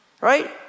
right